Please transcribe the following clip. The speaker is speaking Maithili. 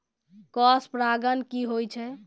क्रॉस परागण की होय छै?